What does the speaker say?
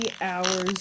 hours